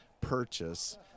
purchase